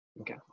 Okay